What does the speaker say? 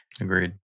Agreed